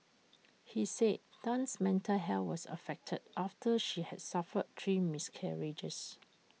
he said Tan's mental health was affected after she had suffered three miscarriages